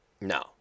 No